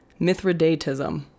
Mithridatism